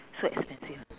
so expensive